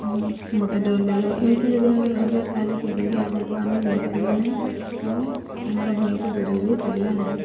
ମୋତେ ଡର ଲାଗିବ ଏମିତି ଯଦି ଆମେ ଭାବିବା ତା'ହେଲେ କେବେ ବି ଆଗକୁ ଆମେ ଯାଇପାରିବା ନାହିଁ ଏବଂ ଆମର ଭୟକୁ ଦୂରେଇ ଦେଇପାରିବା ନାହିଁ